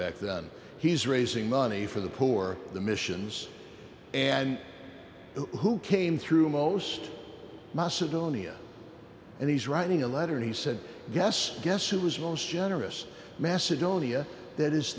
back that he's raising money for the poor the missions and who came through most macedonia and he's writing a letter he said guess guess who was most generous macedonia that is